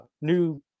new